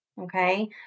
Okay